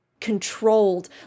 controlled